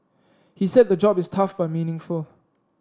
he said the job is tough but meaningful